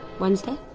wednesday?